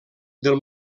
del